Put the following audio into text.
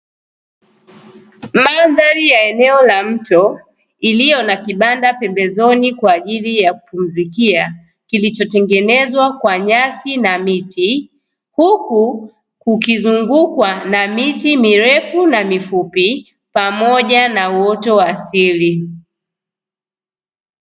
Mandhari ya eneo la mto ,ilio na kibanda pembezoni kwa ajili ya kupumzikia kilichotengenezwa kwa nyasi na miti. Huku kukizungukwa na miti mirefu na mifupi pamoja na uoto wa asili.